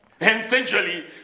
Essentially